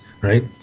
right